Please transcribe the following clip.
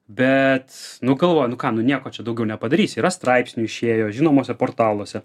bet nu galvoju nu ką nieko čia daugiau nepadarys yra straipsnių išėjo žinomuose portaluose